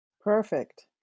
Perfect